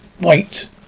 Wait